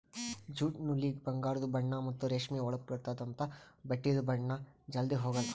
jute ನೂಲಿಗ ಬಂಗಾರದು ಬಣ್ಣಾ ಮತ್ತ್ ರೇಷ್ಮಿ ಹೊಳಪ್ ಇರ್ತ್ತದ ಅಂಥಾ ಬಟ್ಟಿದು ಬಣ್ಣಾ ಜಲ್ಧಿ ಹೊಗಾಲ್